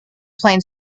plane